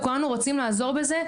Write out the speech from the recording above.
ורוצים לעזור בזה,